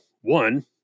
one